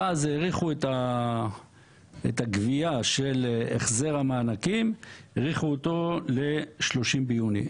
ואז האריכו את הגבייה של החזר המענקים ל-30 ביולי.